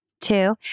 Two